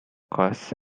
costs